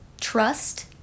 trust